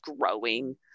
growing